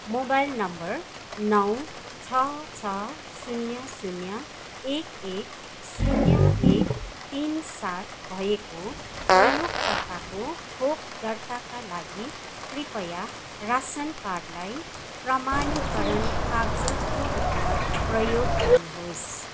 mobile number नौ छ छ शून्य शून्य एक एक शून्य एक तिन सात भएको प्रयोगकर्ताको खोप दर्ताका लागि कृपया रासन कार्डलाई प्रमाणीकरण कागजातको रूपमा प्रयोग गर्नुहोस्